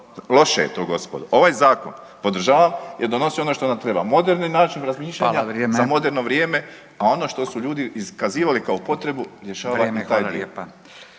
Loše je to gospodo. Ovaj zakon podržavam jer donosi ono što nam treba, moderni način razmišljanja …/Upadica: Hvala vrijeme./… za moderno vrijeme, a ono što su ljudi iskazivali kao potrebu rješava …/Upadica: